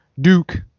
duke